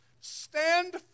stand